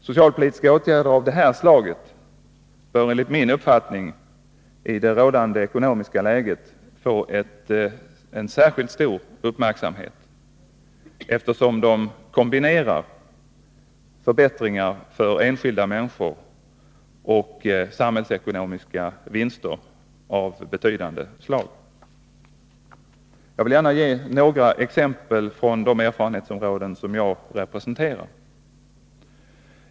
Socialpolitiska åtgärder av detta slag bör enligt min uppfattning i det rådande ekonomiska läget få en särskilt stor uppmärksamhet, eftersom de kombinerar förbättringar för enskilda människor med samhällsekonomiska vinster av betydande slag. Jag vill gärna ge några exempel från de erfarenhetsområden som jag representerar.